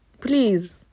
Please